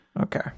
Okay